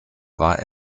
war